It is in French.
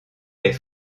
est